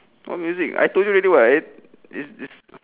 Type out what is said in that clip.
what music I told you already [what] it it it's